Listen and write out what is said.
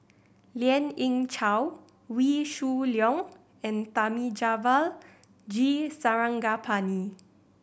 Lien Ying Chow Wee Shoo Leong and Thamizhavel G Sarangapani